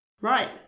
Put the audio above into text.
Right